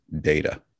data